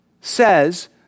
says